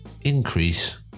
increase